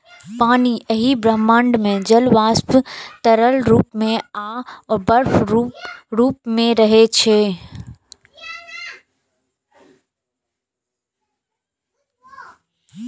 पानि एहि ब्रह्मांड मे जल वाष्प, तरल रूप मे आ बर्फक रूप मे रहै छै